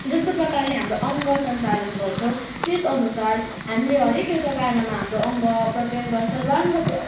जस्तो प्रकारले हाम्रो अङ्ग सञ्चालन गर्छौँ त्यस अनुसार हामीले हरेक एउटा गानामा हाम्रो अङ्ग प्रत्यङ्ग सर्वाङ्ग